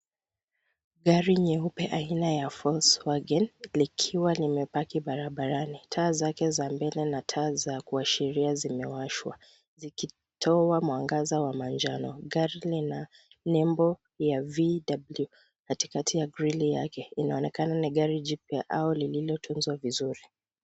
Gari nyeupe aina ya Volkswagen likiwa limepaki barabarani. Taa zake za mbele na taa za kuashiria zimewashwa zikitoa mwangaza wa manjano. Gari lina nembo ya VW katikati ya grili yake. Inaonekana ni gari jipya au lililotunzwa vizuri.